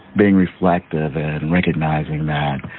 being reflective and recognizing that